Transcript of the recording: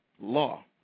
law